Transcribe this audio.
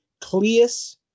Cleus